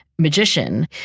magician